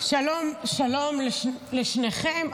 שלום לשניכם.